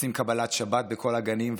עושים קבלת שבת בכל הגנים,